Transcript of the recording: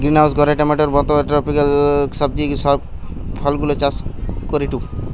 greenhouse ঘরে টমেটোর মত ট্রপিকাল সবজি ফলগুলা চাষ করিটু